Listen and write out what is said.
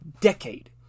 decade